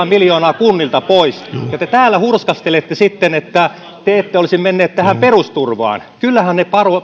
miljoonaa kunnilta pois ja te täällä hurskastelette sitten että te ette olisi menneet tähän perusturvaan kyllähän ne